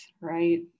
right